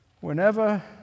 whenever